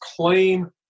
claim